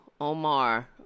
Omar